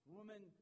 woman